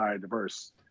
diverse